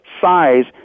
size